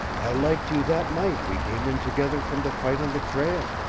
i liked you that night we came in together from the fight on the trail.